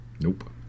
Nope